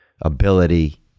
ability